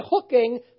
hooking